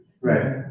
right